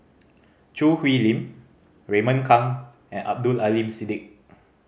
Choo Hwee Lim Raymond Kang and Abdul Aleem Siddique